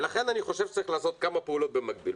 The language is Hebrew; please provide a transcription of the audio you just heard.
לכן אני חושב שצריך לעשות כמה פעולות במקביל,